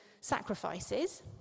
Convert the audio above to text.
sacrifices